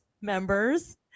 members